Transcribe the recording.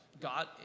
God